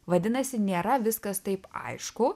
vadinasi nėra viskas taip aišku